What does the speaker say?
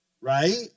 right